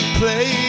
play